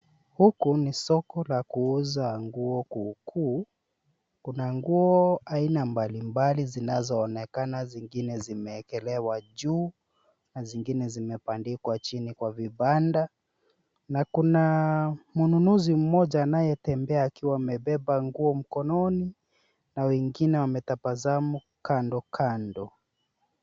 Huku ni soko la kuuza nguo kuukuu. Kuna nguo aina mbalimbali zinazoonekana zingine zimewekelewa juu na zingine zimebandikwa chini kwa vibanda na kuna mnunuzi mmoja anayetembea akiwa amebeba nguo mkononi na wengine wametabasamu kando kando.